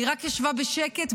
היא רק ישבה בשקט,